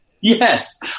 Yes